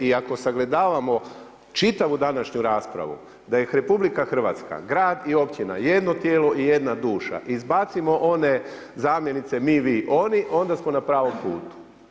I ako sagledavamo čitavu današnju raspravu da je Republika Hrvatska grad i općina, jedno tijelo i jedna duša, izbacimo one zamjenice mi, vi, oni, onda smo na pravom putu.